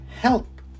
help